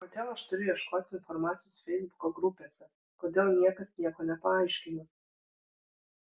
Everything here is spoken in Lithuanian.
kodėl aš turiu ieškoti informacijos feisbuko grupėse kodėl niekas nieko nepaaiškina